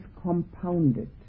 compounded